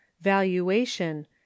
Valuation